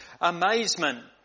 amazement